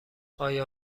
آیا